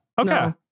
Okay